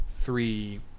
three